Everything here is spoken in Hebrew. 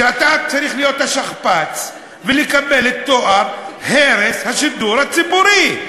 אתה צריך להיות השכפ"ץ ולקבל את תואר הרס השידור הציבורי.